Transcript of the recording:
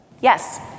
Yes